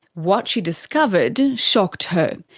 what she discovered shocked her.